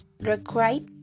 required